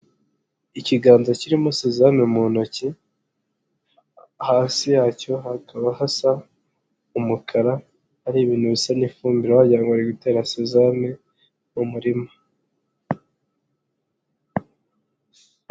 Ikiganza kirimo sezame mu ntoki, hasi yacyo hakaba hasa umukara, hari ibintu bisa n'ifumbire wagira ngo bari gutera sezame mu murima.